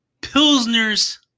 Pilsner's